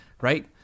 right